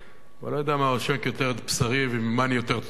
אני כבר לא יודע מה עושק יותר את בשרי וממה אני יותר אני טרוד,